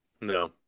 No